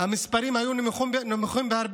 בשנה שעברה המספרים היו נמוכים בהרבה: